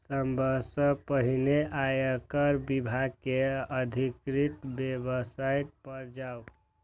सबसं पहिने आयकर विभाग के अधिकृत वेबसाइट पर जाउ